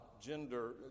gender